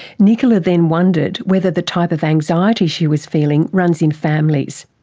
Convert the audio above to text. nicola then wondered whether the type of anxiety she was feeling runs in families.